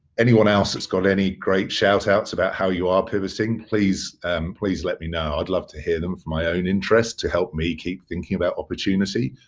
anyone else that's got any great shout outs about how you are pivoting, please please let me know. i'd love to hear them for my own interest to help me keep thinking about opportunity.